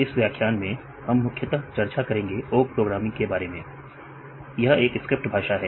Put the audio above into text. इस व्याख्यान में हम मुख्यतः चर्चा करेंगे ओक प्रोग्रामिंग के बारे में यह एक स्क्रिप्ट भाषा है